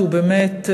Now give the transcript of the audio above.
שהוא באמת,